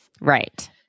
Right